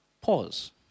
Pause